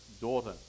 daughter